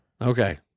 Okay